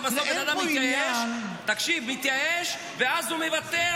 בסוף בן אדם מתייאש --- אז אני אמרתי.